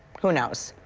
who knows.